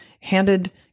handed